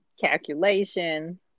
calculation